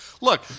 look